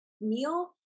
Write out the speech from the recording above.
meal